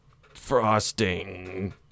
frosting